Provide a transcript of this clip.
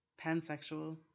pansexual